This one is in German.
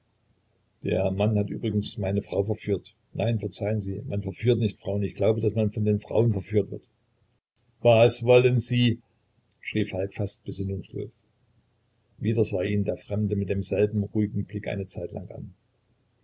der mann hat übrigens meine frau verführt nein verzeihen sie man verführt nicht frauen ich glaube daß man von den frauen verführt wird was wollen sie schrie falk fast besinnungslos wieder sah ihn der fremde mit demselben ruhigen blick eine zeitlang an